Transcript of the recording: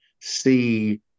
see